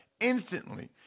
instantly